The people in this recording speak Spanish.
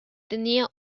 tenía